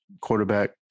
quarterback